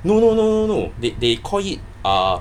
no no no no no they they call it uh